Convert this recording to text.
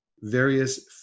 various